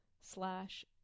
slash